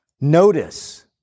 Notice